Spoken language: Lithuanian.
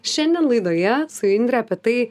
šiandien laidoje su indre apie tai